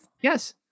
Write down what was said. Yes